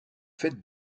faite